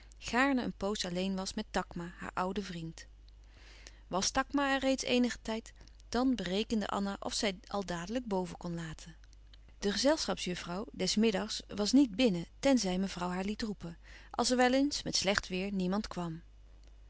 gaarne een poos alleen was met takma haar ouden vriend was takma er reeds eenigen tijd dan berekende anna of zij al dadelijk boven kon laten de gezelschapsjuffrouw des middags was niet binlouis couperus van oude menschen de dingen die voorbij gaan nen ten zij mevrouw haar liet roepen als er wel eens met slecht weêr niemand kwam